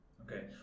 okay